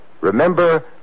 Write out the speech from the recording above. Remember